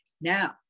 Now